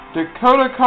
Dakota